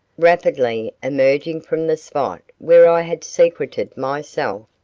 rapidly emerging from the spot where i had secreted myself,